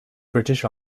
british